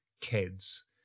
kids